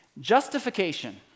justification